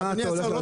אדוני השר,